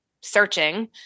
searching